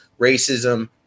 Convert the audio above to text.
racism